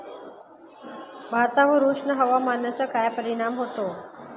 भातावर उष्ण हवामानाचा काय परिणाम होतो?